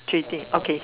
three things okay